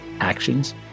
actions